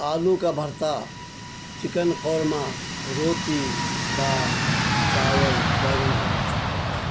آلو کا بھرتا چکن قورمہ روٹی دال چاول بیگن کا بھرتا